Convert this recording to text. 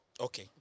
Okay